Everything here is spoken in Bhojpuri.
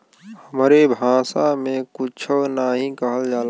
हमरे भासा मे कुच्छो नाहीं कहल जाला